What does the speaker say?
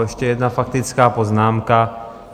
Ještě jedna faktická poznámka.